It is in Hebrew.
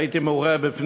והייתי מעורה בה,